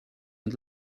and